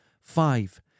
Five